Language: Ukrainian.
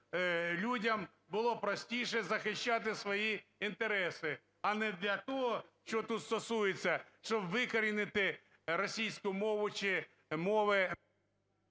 людям було простіше захищати свої інтереси, а не для того, що тут стосується, щоб викорінити російську мову чи мови…